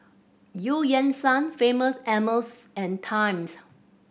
Eu Yan Sang Famous Amos and Times